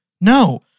no